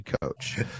coach